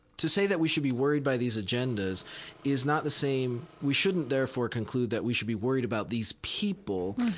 to say that we should be worried by these agendas is not the same we shouldn't therefore conclude that we should be worried about these people.